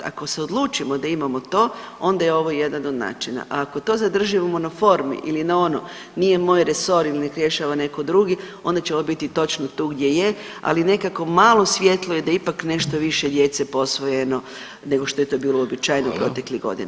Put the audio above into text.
Ako se odlučimo da imamo to onda je ovo jedan od načina, a ako to zadržimo na formi ili na ono nije moj resor i nek rješava neko drugi onda ćemo biti točno tu gdje je, ali nekakvo malo svjetlo je da je ipak nešto više djece posvojeno nego što je to bilo uobičajeno [[Upadica: Hvala.]] proteklih godina.